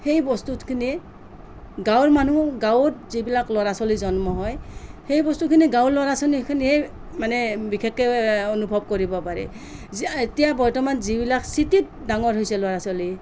সেই বস্তুখিনি গাঁৱৰ মানুহ গাঁৱত যিবিলাক ল'ৰা ছোৱালী জন্ম হয় সেই বস্তুখিনি গাঁৱৰ ল'ৰা ছোৱালীখিনিয়েহে মানে বিশেষকৈ অনুভৱ কৰিব পাৰে এতিয়া বৰ্তমান যিবিলাক চিটিত ডাঙৰ হৈছে ল'ৰা ছোৱালী